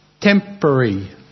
temporary